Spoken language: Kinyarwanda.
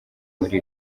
muri